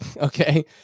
okay